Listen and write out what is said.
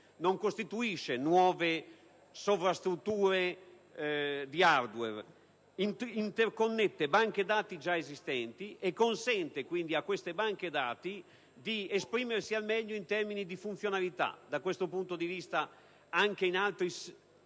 non costituisce nuove sovrastrutture di *hardware*; interconnette banche dati già esistenti e consente a queste di esprimersi al meglio in termini di funzionalità. Da questo punto di vista, anche per altri ambiti